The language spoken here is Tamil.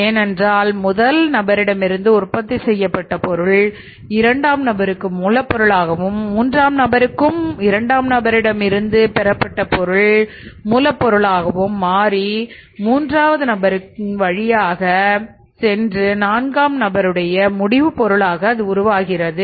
ஏனென்றால் முதல் நபரிடமிருந்து உற்பத்தி செய்யப்பட்ட பொருள் இரண்டாம் நம்பருக்கு மூலப்பொருளாகவும் மூன்றாம் நபருக்கு இரண்டாம் நபரிடம் இருந்து பெறப்பட்ட பொருள் மூலப் பொருளாகவும் மாறி மூன்றாவது நபருக்கு வழி வழியாக சென்று நான்காம் நபருடைய முடிவு பொருளாக அது உருவாகிறது